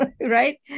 right